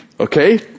Okay